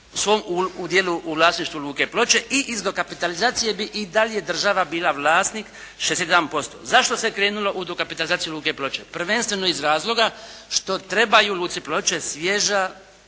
svom udjelu u vlasništvu Luke Ploče i iz dokapitalizacije bi i dalje država bila vlasnik 61%. Zašto se krenulo u dokapitalizaciju Luke Ploče? Prvenstveno iz razloga što trebaju Luci Ploče svježa